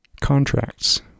contracts